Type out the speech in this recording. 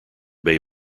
bay